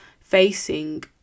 facing